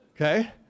Okay